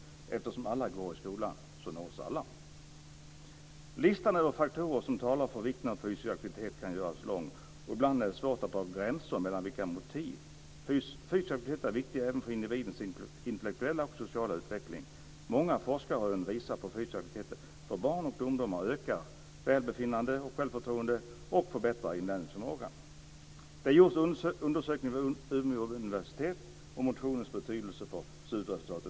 Eftersom alla går i skolan nås alla. Listan över faktorer som talar för vikten av fysisk aktivitet kan göras lång, och ibland är det svårt att dra gränser mellan olika motiv. Fysisk aktivitet är viktig även för individens intellektuella och sociala utveckling. Många forskningsrön visar att fysisk aktivitet för barn och ungdomar ökar välbefinnande och självförtroende och förbättrar inlärningsförmågan. Det har gjorts en undersökning vid Umeå universitet om motionens betydelse för studieresultaten.